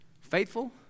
Faithful